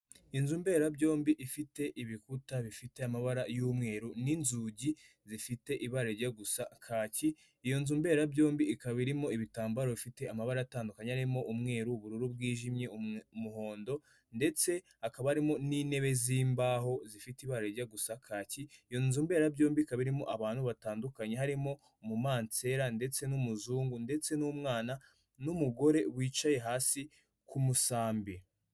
Inzu mberabyombi ifite ibikuta bifite amabara y'umweru n'inzugi zifite ibara rijya gusa kaki, iyo nzu mberabyombi ikaba irimo ibitambaro bifite amabara atandukanye, harimo umweru, ubururu bwijimye, umuhondo ndetse akaba arimo n'intebe z'imbaho zifite ibara rijya gusa kaki iyo nzu mberabyombi ikaba irimo abantu batandukanye harimo umu mansera ndetse n'umuzungu ndetse n'umwana n'umugore wicaye hasi ku musambi.